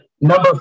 number